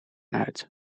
uit